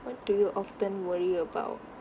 what do you often worry about